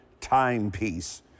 timepiece